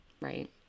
Right